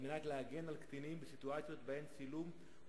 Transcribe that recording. על מנת להגן על קטינים בסיטואציות שבהן צילום,